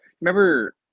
remember